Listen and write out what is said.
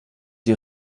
die